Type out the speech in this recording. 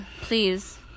Please